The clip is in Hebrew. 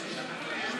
1